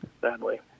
Sadly